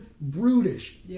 Brutish